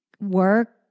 work